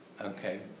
Okay